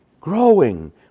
growing